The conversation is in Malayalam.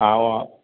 ആ